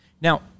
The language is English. Now